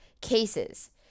cases